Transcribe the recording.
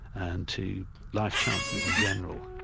and to life chances in general.